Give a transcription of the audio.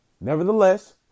nevertheless